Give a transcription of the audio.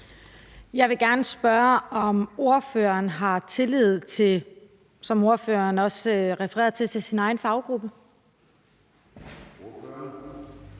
Jeg vil gerne spørge, om ordføreren har tillid til sin egen faggruppe,